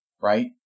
right